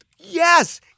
Yes